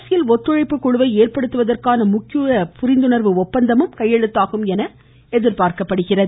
அரசியல் ஒத்துழைப்பு குழுவை ஏற்படுத்துவதற்கான முக்கியமான புரிந்துணர்வு ஒப்பந்தமும் கையெழுத்தாகும் என தெரிகிறது